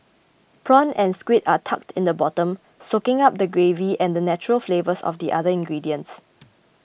prawn and squid are tucked in the bottom soaking up the gravy and the natural flavours of the other ingredients